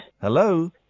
Hello